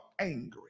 angry